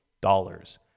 dollars